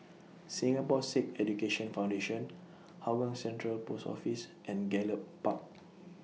Singapore Sikh Education Foundation Hougang Central Post Office and Gallop Park